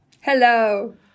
Hello